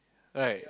right